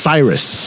Cyrus